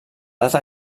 data